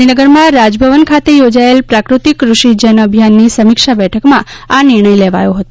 ગાંધીનગર માં રાજ ભવન ખાતે યોજાયેલી પ્રાફતિક કૃષિ જન અભિયાન ની સમિક્ષા બેઠક માં આ નિર્ણય લેવાયો હતો